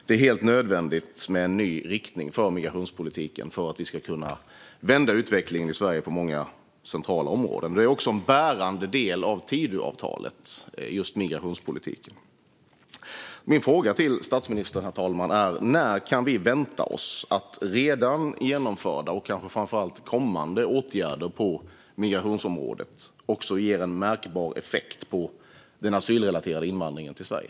Det är helt nödvändigt med en ny riktning för migrationspolitiken för att vi ska kunna vända utvecklingen i Sverige på många centrala områden. Just migrationspolitiken är också en bärande del av Tidöavtalet. Min fråga till statsministern är: När kan vi vänta oss att redan genomförda och kanske framför allt kommande åtgärder på migrationsområdet ger en märkbar effekt på den asylrelaterade invandringen till Sverige?